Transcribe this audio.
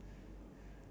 ya